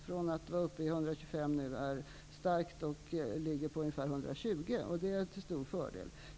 Från att ha varit uppe i 125 är indexet starkt och ligger nu på ungefär 120, vilket är en stor fördel.